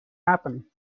happen